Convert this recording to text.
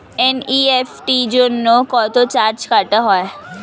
NEFT জন্য কত charge কাটা হয়?